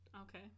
Okay